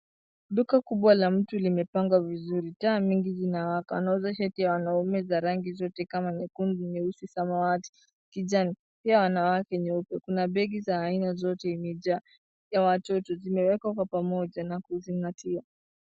Duka kubwa la mtu limepangwa vizuri, taa mingi zimewaka. Linauza shati la wanaume za rangi zote kama; nyekundu, nyeusi, samawati, kijani pia wanawake nyeupe. Kuna begi ya aina yote zimejaa, za watoto zimewekwa pamoja na kizingatia.